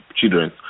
children